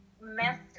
messed